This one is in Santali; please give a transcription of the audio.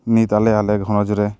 ᱱᱤᱛ ᱟᱞᱮ ᱟᱞᱮ ᱜᱷᱟᱨᱚᱸᱡᱽ ᱨᱮ